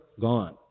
gone